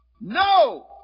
No